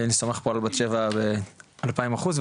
אני סומך פה על בת שבע באלפיים אחוז,